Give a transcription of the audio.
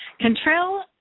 Contrell